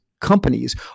Companies